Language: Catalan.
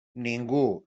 ningú